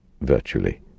virtually